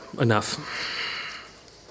enough